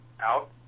out